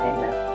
Amen